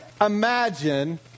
imagine